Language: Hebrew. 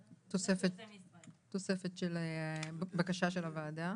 תוספת, בקשה של הוועדה.